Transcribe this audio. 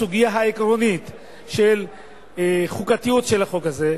בסוגיה העקרונית של החוקתיות של החוק הזה.